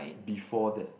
before that